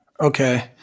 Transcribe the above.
Okay